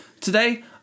Today